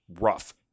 rough